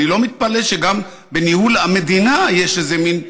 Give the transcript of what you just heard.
אני לא מתפלא שגם בניהול המדינה יש איזה מין פיקים,